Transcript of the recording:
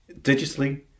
digitally